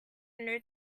new